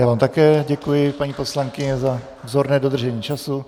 Já vám také děkuji, paní poslankyně, za vzorné dodržení času.